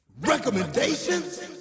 Recommendations